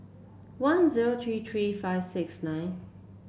one zero three three five six nine